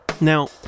Now